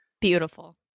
Beautiful